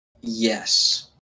Yes